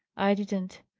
i didn't.